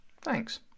Thanks